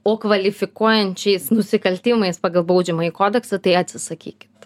o kvalifikuojančiais nusikaltimais pagal baudžiamąjį kodeksą tai atsisakykit